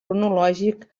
cronològic